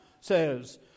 says